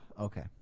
Okay